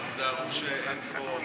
אז תיזהרו שאין פה,